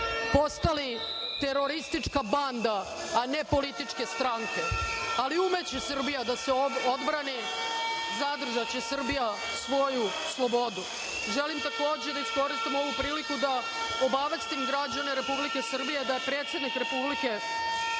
postali teroristička banda, a ne političke stranke. Umeće Srbija da se odbrani, zadržaće Srbija svoju slobodu. Želim takođe da iskoristim ovu priliku da obavestim građane Republike Srbije da je predsednik Republike Srbije